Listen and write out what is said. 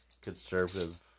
conservative